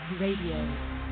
Radio